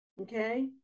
Okay